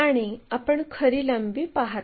आणि आपण खरी लांबी पाहत आहोत